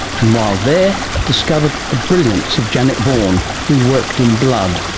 and while there discovered the brilliance of janet vaughan who worked in blood,